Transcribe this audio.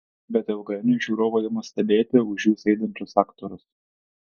bet ilgainiui žiūrovai ima stebėti už jų sėdinčius aktorius